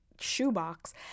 shoebox